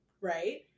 right